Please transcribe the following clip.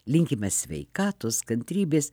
linkime sveikatos kantrybės